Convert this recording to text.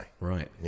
Right